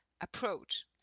approach